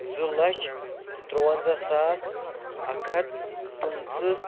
زٕ لچھ تُرٛوَنزاہ ساس اَکھ ہَتھ پٕنٛژٕ